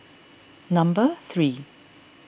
number three